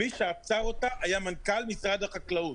ומי שעצר אותה היה מנכ"ל משרד החקלאות.